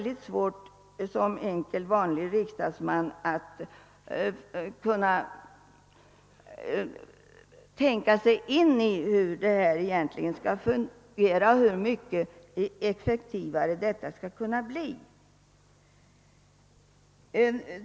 Det är svårt för en vanlig enkel riksdagsledamot att tänka sig in i hur systemet egentligen skall fungera och hur mycket effektivare det skall kunna bli.